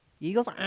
Eagles